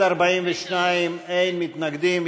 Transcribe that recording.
סעיפים 1 5 נתקבלו.